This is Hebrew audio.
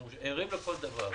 אנחנו ערים לכל דבר.